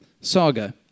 saga